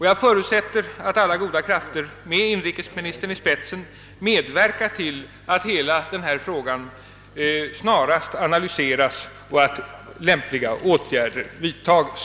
Jag förutsätter att alla goda krafter med inrikesministern i spetsen medverkar till att hela denna fråga snarast analyseras och att lämpliga åtgärder vidtages.